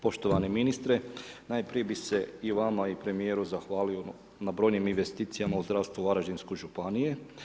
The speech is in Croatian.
Poštovani ministre, najprije bih se i vama i premijeru zahvalio na brojnim investicijama u zdravstvo Varaždinske županije.